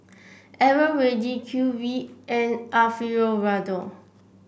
Eveready Q V and Alfio Raldo